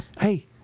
Hey